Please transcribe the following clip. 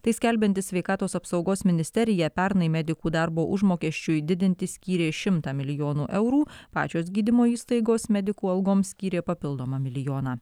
tai skelbianti sveikatos apsaugos ministerija pernai medikų darbo užmokesčiui didinti skyrė šimtą milijonų eurų pačios gydymo įstaigos medikų algoms skyrė papildomą milijoną